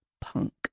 punk